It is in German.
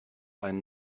einen